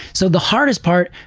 so the hardest part,